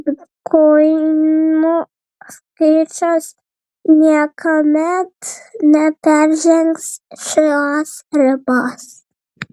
bitkoinų skaičius niekuomet neperžengs šios ribos